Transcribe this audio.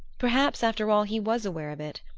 perhaps, after all, he was aware of it,